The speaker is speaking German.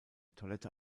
toilette